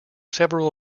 several